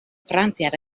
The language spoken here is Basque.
frantziar